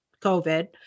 COVID